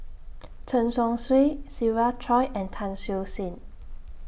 Chen Chong Swee Siva Choy and Tan Siew Sin